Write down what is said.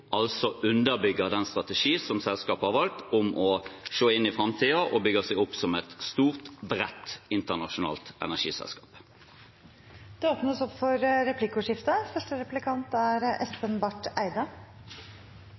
altså underbygge den strategien selskapet har valgt for å se inn i framtiden og bygge seg opp som et stort, bredt internasjonalt energiselskap. Det åpnes for replikkordskifte.